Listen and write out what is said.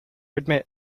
admit